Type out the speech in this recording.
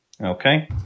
Okay